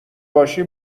باشی